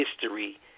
history